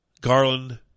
Garland